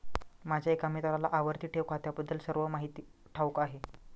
माझ्या एका मित्राला आवर्ती ठेव खात्याबद्दल सर्व माहिती ठाऊक आहे